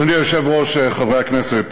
אדוני היושב-ראש, חברי הכנסת,